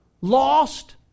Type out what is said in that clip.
Lost